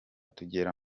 tugera